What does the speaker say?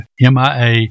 MIA